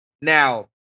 Now